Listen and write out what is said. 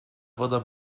woda